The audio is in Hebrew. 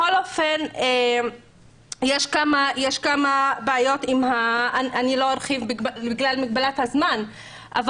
יש עוד כמה בעיות שבגלל מגבלת הזמן אני